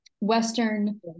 Western